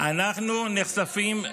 אנחנו נחשפים,